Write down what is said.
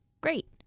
Great